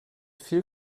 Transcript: viel